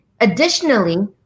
Additionally